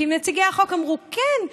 כי נציגי החוק אמרו: כן,